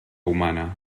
humana